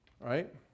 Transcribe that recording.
Right